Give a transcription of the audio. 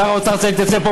שר האוצר צריך להתייצב פה,